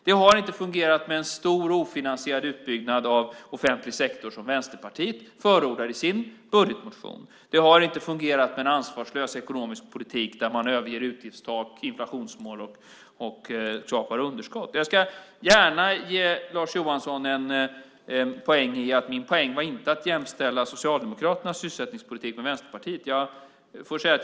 Det har inte fungerat med en stor ofinansierad utbyggnad av offentlig sektor, som Vänsterpartiet förordar i sin budgetmotion. Det har inte fungerat med en ansvarslös ekonomisk politik där man överger utgiftstak, inflationsmål och skapar underskott. Min poäng var inte att jämställa Socialdemokraternas sysselsättningspolitik med Vänsterpartiets, Lars Johansson.